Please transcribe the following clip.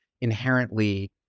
inherently